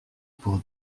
pour